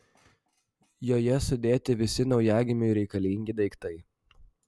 joje sudėti visi naujagimiui reikalingi daiktai